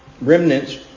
remnants